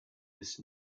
this